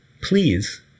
please